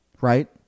Right